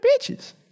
bitches